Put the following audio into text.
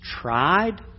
tried